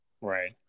Right